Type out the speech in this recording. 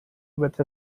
with